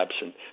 absent